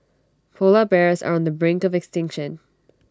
Polar Bears are on the brink of extinction